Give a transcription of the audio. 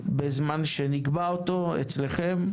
בזמן שנקבע אותו, אצלכם,